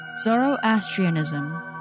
Zoroastrianism